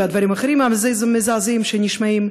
ודברים אחרים מזעזעים שנשמעים,